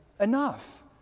enough